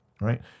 right